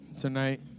tonight